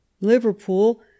Liverpool